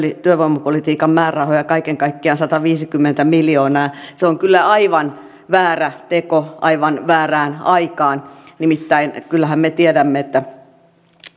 työvoimapolitiikan määrärahoja kaiken kaikkiaan sataviisikymmentä miljoonaa ja se on kyllä aivan väärä teko aivan väärään aikaan nimittäin kyllähän me tiedämme että